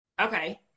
Okay